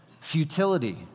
futility